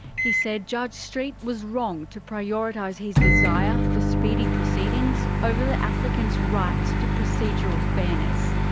he said judge street was wrong to prioritise his desire for speedy proceedings over the applicants' right to procedural fairness.